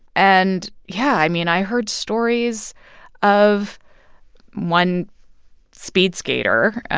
and yeah, i mean, i heard stories of one speedskater,